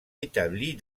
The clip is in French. établir